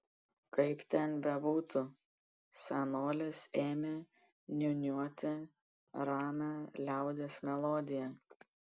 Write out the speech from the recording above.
kaip ten bebūtų senolis ėmė niūniuoti ramią liaudies melodiją